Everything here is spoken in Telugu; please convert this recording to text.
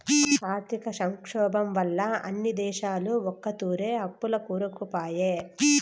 ఆర్థిక సంక్షోబం వల్ల అన్ని దేశాలు ఒకతూరే అప్పుల్ల కూరుకుపాయే